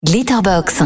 Glitterbox